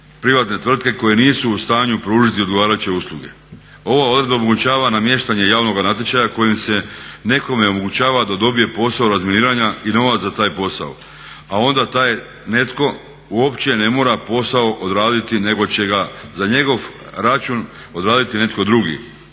privatne tvrtke koje nisu u stanju pružiti odgovarajuće usluge. Ova odredba omogućava namještanje javnog natječaja kojim se nekome omogućava da dobije posao razminiranja i novac za taj posao a onda taj netko uopće ne mora posao odraditi nego će ga za njegov račun odraditi netko drugi